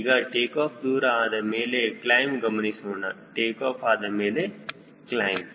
ಈಗ ಟೇಕಾಫ್ ದೂರ ಆದಮೇಲೆ ಕ್ಲೈಮ್ ಗಮನಿಸೋಣ ಟೇಕಾಫ್ ಆದಮೇಲೆ ಕ್ಲೈಮ್